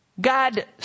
God